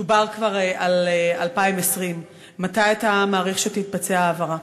דובר כבר על 2020. מתי אתה מעריך שתתבצע ההעברה?